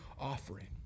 offering